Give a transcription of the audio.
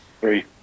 Three